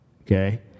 okay